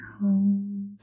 hold